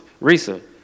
Risa